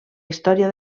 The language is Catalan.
història